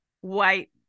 white